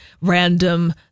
random